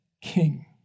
king